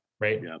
right